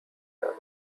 europe